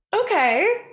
Okay